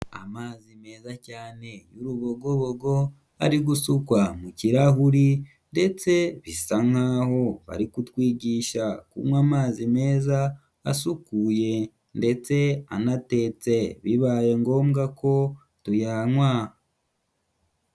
Amazi meza cyane y'urubogobogo, ari gusukwa mu kirahuri ndetse bisa nkaho bari kutwigisha kunywa amazi meza asukuye ndetse anatetse, bibaye ngombwa ko tuyanywa.